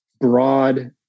broad